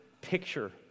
picture